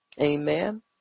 Amen